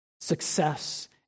success